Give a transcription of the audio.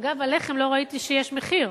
אגב, על הלחם לא ראיתי שיש מחיר,